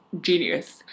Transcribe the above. Genius